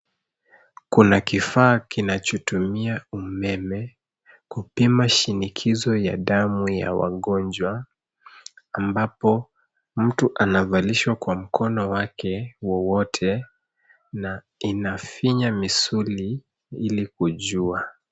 kuna kifaa kinachotumia umeme kupima shinikizo ya damu ya wagonjwa ambapo mtu anavalishwa kwa mkono wake wowote na inafinya misuli ili kujua.